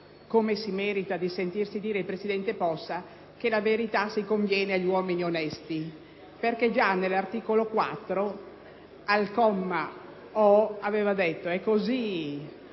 come si merita di sentirsi dire il presidente Possa, che la verita si conviene agli uomini onesti, perche´ gianell’articolo 4, alla lettera o), aveva detto: e cosınon